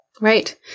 Right